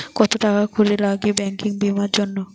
কত টাকা করে লাগে ব্যাঙ্কিং বিমার জন্য?